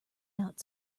not